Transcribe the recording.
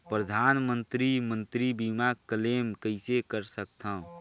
परधानमंतरी मंतरी बीमा क्लेम कइसे कर सकथव?